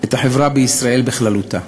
את החברה בישראל בכללותה.